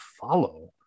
follow